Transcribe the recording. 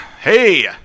hey